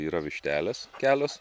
yra vištelės kelios